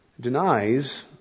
denies